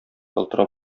ялтырап